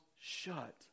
shut